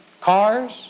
cars